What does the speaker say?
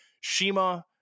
Shima